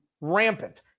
rampant